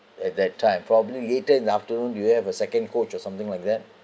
at that time probably later in the afternoon do you have a second coach or something like that